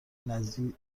نظیر